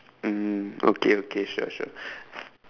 mm okay okay sure sure